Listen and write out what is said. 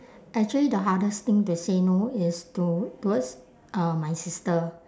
actually the hardest thing to say no is to~ towards uh my sister